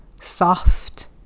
soft